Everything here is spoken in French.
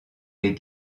est